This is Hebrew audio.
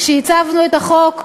כשעיצבנו עם החוק,